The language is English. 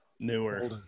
Newer